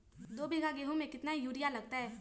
दो बीघा गेंहू में केतना यूरिया लगतै?